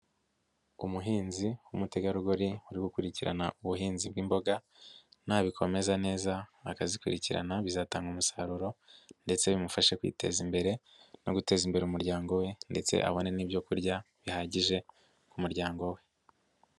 Umuhinzi w'umutegarugori uri gukurikirana ubuhinzi bw'imboga nabikomeza neza akazikurikirana bizatanga umusaruro ndetse bimufashe kwiteza imbere no guteza imbere umuryango we ndetse abone n'ibyo kurya bihagije ku muryango we.